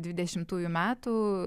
dvidešimtųjų metų